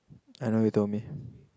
I know you told me